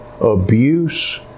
abuse